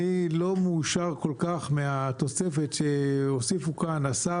אני לא מאושר כל כך מהתוספת שהוסיפו כאן: "השר,